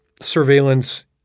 surveillance